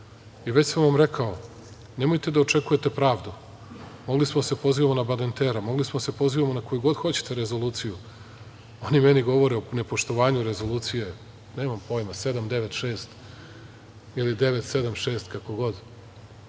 sam vam rekao, nemojte da očekujete pravdu. Mogli smo da se pozivamo na Badentera, mogli smo da se pozivamo na koju god hoćete rezoluciju, oni meni govore o nepoštovanju rezolucije 796 ili 976, kako god.